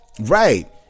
Right